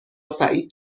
سعید